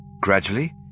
Gradually